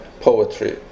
poetry